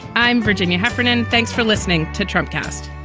i'm virginia heffernan. thanks for listening to trump cast